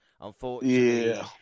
unfortunately